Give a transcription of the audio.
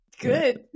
good